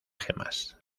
gemas